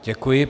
Děkuji.